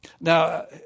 Now